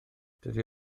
dydy